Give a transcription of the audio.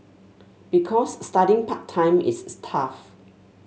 because studying part time is tough